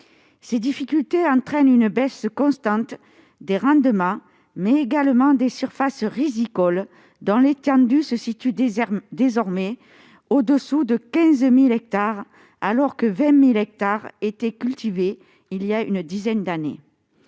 Ces difficultés entraînent une baisse constante des rendements, mais également des surfaces rizicoles, dont l'étendue se situe désormais au-dessous de 15 000 hectares alors que 20 000 hectares étaient cultivés voilà une dizaine d'années.